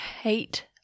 hate